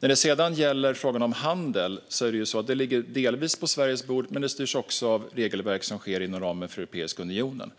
När det gäller frågan om handel ligger den delvis på Sveriges bord, men den styrs också av regelverk inom ramen för Europeiska unionen.